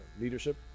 leadership